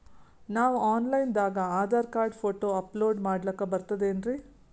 ನಾವು online ದಾಗ Aadhaar card, photo upload ಮಾಡ್ಲಕ ಬರ್ತದೇನ್ರಿ?